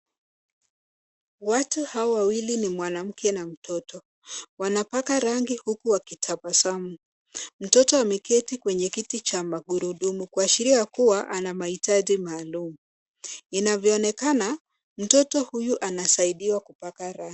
Watu hao wawili ni mwanamke na mtoto. Wanapaka rangi huku wakitabasamu. Mtoto ameketi kwenye kiti cha magurudumu kuashiria kuwa ana mahitaji maalum. Inavyoonekana, mtoto huyu anasaidiwa kupaka ra...